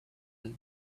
and